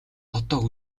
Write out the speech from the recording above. одоо